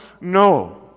No